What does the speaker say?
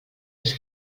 els